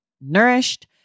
nourished